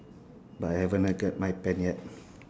but I haven't I get my pen yet